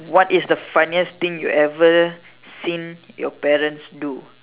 what is the funniest thing you ever seen your parents do